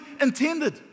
intended